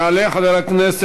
יעלה חבר הכנסת